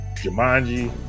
Jumanji